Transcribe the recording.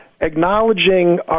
acknowledging